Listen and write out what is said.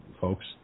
folks